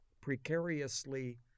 precariously